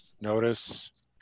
Notice